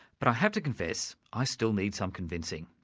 but i have to confess i still need some convincing.